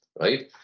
right